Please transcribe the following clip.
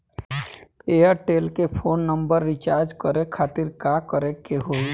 Airtel के phone number recharge करे के खातिर का करे के होई?